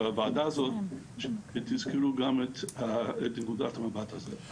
בוועדה הזאת שתזכרו גם את נקודת המבט הזאת.